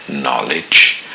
knowledge